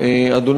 כן.